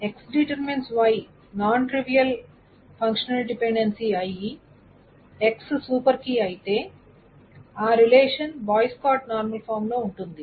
X → Y non trivial FD అయ్యి X super key అయితే ఆ relation Boyce Codd normal form లో ఉంటుంది